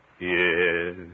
Yes